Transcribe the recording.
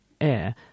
air